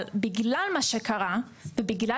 אגב,